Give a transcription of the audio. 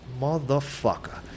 motherfucker